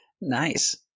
Nice